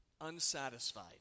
unsatisfied